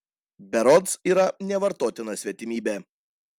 berods yra nevartotina svetimybė